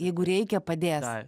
jeigu reikia padės